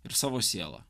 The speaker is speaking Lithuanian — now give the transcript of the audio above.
ir savo sielą